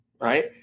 right